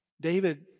David